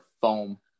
foam